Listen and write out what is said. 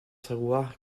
savoir